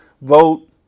vote